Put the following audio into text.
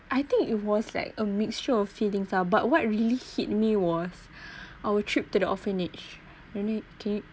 I think it was like a mixture of feelings ah but what really hit me was our trip to the orphanage and it ca~